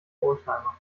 oldtimer